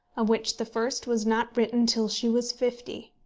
of which the first was not written till she was fifty.